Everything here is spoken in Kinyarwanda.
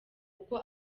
kuko